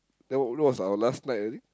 that was that was our last night I think